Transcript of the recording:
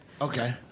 Okay